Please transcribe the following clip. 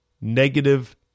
negative